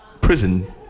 prison